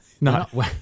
no